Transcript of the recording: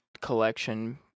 collection